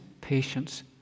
patience